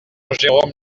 jérôme